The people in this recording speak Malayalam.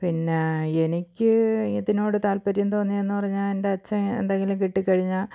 പിന്നെ എനിക്ക് ഇതിനോട് താൽപ്പര്യം തോന്നിയെന്ന് പറഞ്ഞാൽ എൻ്റെ അച്ഛൻ എന്തെങ്കിലും കിട്ടി കഴിഞ്ഞാൽ